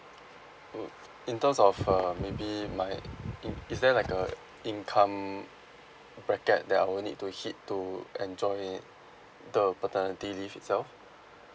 uh in terms of uh maybe my in~ is there like uh income bracket that I will need to hit to enjoy the paternity leave itself